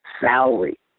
salary